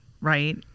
Right